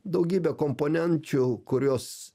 daugybę komponenčių kurios